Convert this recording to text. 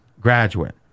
graduate